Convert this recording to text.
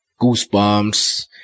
goosebumps